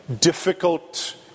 difficult